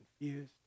confused